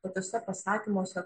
tokiuose pasakymuose